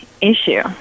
issue